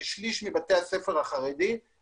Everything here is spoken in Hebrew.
שליש מבתי הספר החרדים,